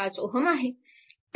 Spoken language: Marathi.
5 Ω आहे